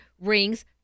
rings